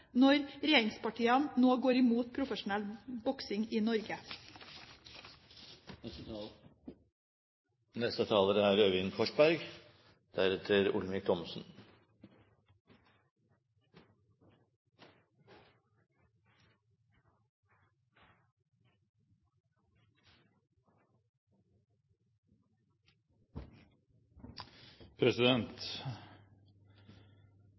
når vi nå går imot profesjonell boksing i Norge. Det er